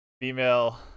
female